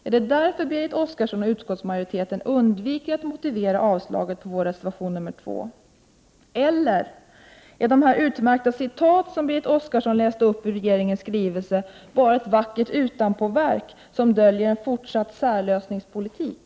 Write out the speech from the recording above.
Är det därför Berit Oscarsson och utskottsmajoriteten undviker att motivera avstyrkandet av vår reservation 2, eller är de utmärkta citat som Berit Oscarsson läste upp ur regeringens skrivelse bara ett vackert utanpåverk som döljer en fortsatt särlösningspolitik?